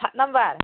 साट नाम्बार